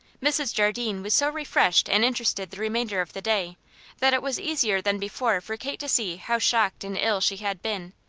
mrs. jardine was so refreshed and interested the remainder of the day that it was easier than before for kate to see how shocked and ill she had been.